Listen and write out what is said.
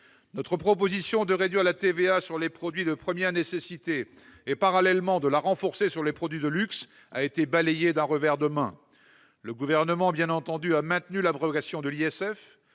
Notre proposition de réduire la TVA sur les produits de première nécessité et, parallèlement, de la renforcer sur les produits de luxe a été balayée d'un revers de main. Le Gouvernement, bien entendu, a maintenu l'abrogation de l'ISF.